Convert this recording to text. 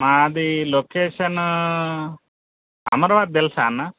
మాది లొకేషను అమ్రాబాద్ తెలుసా అన్న